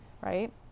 right